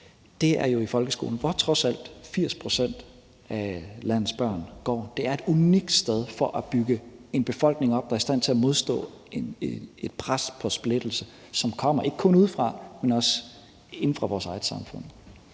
er jo i folkeskolen, hvor trods alt 80 pct. af landets børn går. Det er et unikt sted i forhold til at bygge en befolkning op, der er i stand til at modstå et pres og en splittelse, som ikke kun kommer udefra, men som også kommer inde fra vores eget samfund.